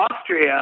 Austria